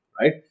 right